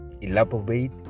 elaborate